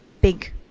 big